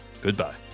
Goodbye